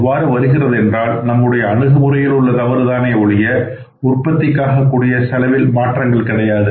அவ்வாறு வருகிறது என்றால் நம்முடைய அணுகுமுறையில் உள்ள தவறுதானே ஒழிய உற்பத்திக்காகக்கூடிய செலவில் மாற்றங்கள் கிடையாது